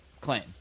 claim